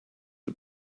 are